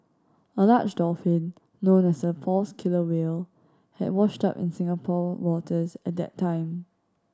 a large dolphin known as a false killer whale had washed up in Singapore waters at that time